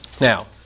Now